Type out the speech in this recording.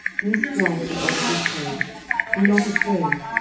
be strong and of a good courage be not afraid,